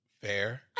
Fair